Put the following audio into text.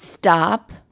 Stop